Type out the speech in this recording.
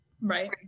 Right